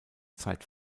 zeit